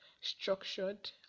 structured